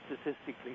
statistically